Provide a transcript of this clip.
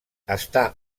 està